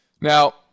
Now